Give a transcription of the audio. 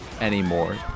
anymore